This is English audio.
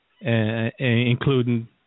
including